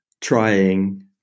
trying